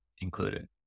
included